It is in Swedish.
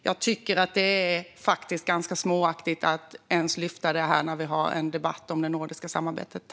Jag tycker faktiskt att det är ganska småaktigt att ens lyfta detta när vi har en debatt om det nordiska samarbetet.